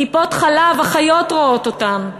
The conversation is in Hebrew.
טיפות-חלב, אחיות רואות אותם,